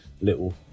little